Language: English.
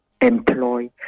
employ